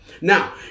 Now